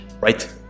right